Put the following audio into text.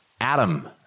Adam